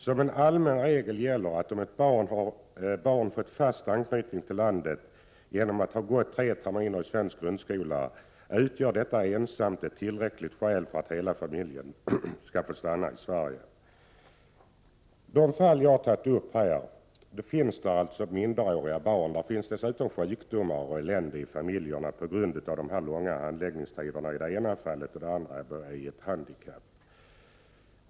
Som en allmän regel gäller att om ett barn fått fast anknytning till landet genom att ha gått tre terminer i svensk grundskola utgör detta ensamt ett tillräckligt skäl för att hela familjen skall få stanna i Sverige.” I de fall jag har tagit upp i frågan finns det minderåriga barn. I de familjerna finns dessutom sjukdomar och annat elände, i det ena fallet på grund av den långa handläggningstiden och i det andra på grund av ett handikapp.